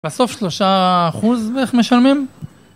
בסוף שלושה אחוז בערך משלמים?